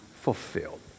fulfilled